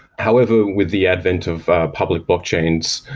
however, with the advent of public blockchains,